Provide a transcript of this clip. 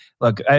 Look